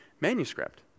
manuscript